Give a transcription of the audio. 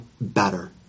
better